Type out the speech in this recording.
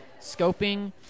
scoping